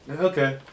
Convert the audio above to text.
Okay